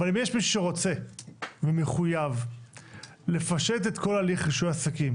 אבל אם יש מישהו שרוצה ומחויב לפשט את כל הליך רישוי עסקים